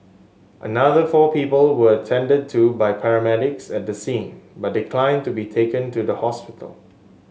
another four people were attended to by paramedics at the scene but declined to be taken to the hospital